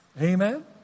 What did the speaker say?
Amen